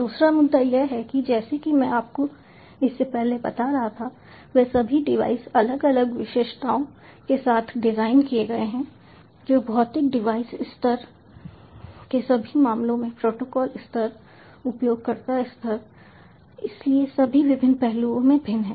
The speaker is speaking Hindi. दूसरा मुद्दा यह है कि जैसा कि मैं आपको इससे पहले बता रहा था वे सभी डिवाइस अलग अलग विशिष्टताओं के साथ डिज़ाइन किए गए हैं जो भौतिक डिवाइस स्तर के सभी मामलों में प्रोटोकॉल स्तर उपयोगकर्ता स्तर इसलिए सभी विभिन्न पहलुओं में भिन्न हैं